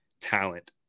talent